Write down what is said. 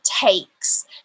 takes